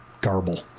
garble